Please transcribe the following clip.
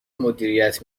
مدیریت